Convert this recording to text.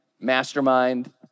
mastermind